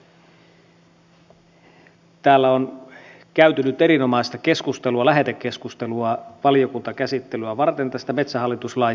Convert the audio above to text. täällä on käyty nyt erinomaista lähetekeskustelua valiokuntakäsittelyä varten tästä metsähallitus laista